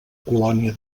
colònia